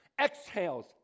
exhales